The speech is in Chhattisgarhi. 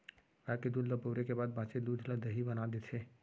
गाय के दूद ल बउरे के बाद बॉंचे दूद ल दही बना देथे